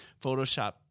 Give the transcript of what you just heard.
Photoshop